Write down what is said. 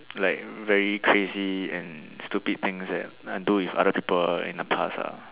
like very crazy and stupid things that I do with other people in the past ah